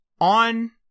on